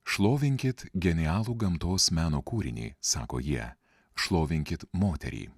šlovinkit genialų gamtos meno kūrinį sako jie šlovinkit moterį